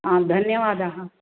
आं धन्यवादः